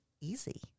easy